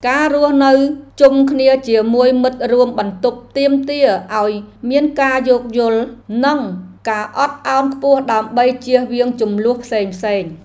ការរស់នៅជុំគ្នាជាមួយមិត្តរួមបន្ទប់ទាមទារឱ្យមានការយោគយល់ និងការអត់ឱនខ្ពស់ដើម្បីជៀសវាងជម្លោះផ្សេងៗ។